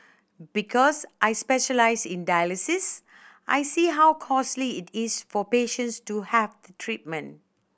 because I specialise in dialysis I see how costly it is for patients to have treatment